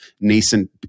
nascent